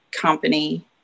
company